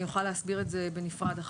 אני יכולה להסביר את זה אחר כך בנפרד.